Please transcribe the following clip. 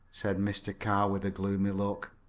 said mr. carr, with a gloomy look.